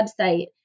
website